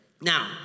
Now